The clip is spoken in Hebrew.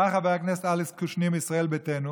בא חבר הכנסת אלכס קושניר מישראל ביתנו,